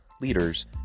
leaders